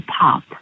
pop